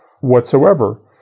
whatsoever